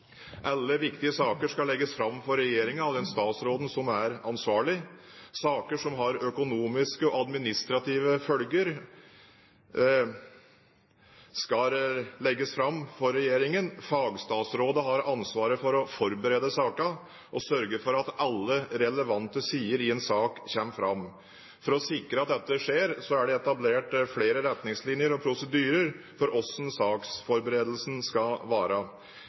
Alle viktige saker skal legges fram for regjeringen og den statsråden som er ansvarlig. Saker som har økonomiske og administrative følger, skal legges fram for regjeringen. Fagstatsrådene har ansvaret for å forberede sakene og sørge for at alle relevante sider i en sak kommer fram. For å sikre at dette skjer, er det etablert flere retningslinjer og prosedyrer for hvordan saksforberedelsen skal